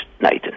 Nathan